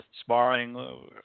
sparring